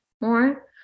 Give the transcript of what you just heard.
more